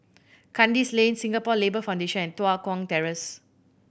Kandis Lane Singapore Labour Foundation and Tua Kong Terrace